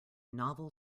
novel